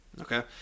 Okay